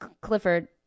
Clifford